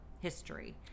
history